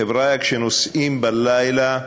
חבריא, כשנוסעים בלילה,